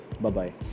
Bye-bye